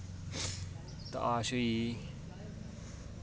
ताश होई गेई